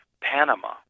panama